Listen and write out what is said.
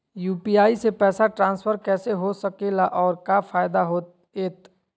UPI से पैसा transfer कैसे हो सके ला और का फायदा होएत?